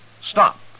stop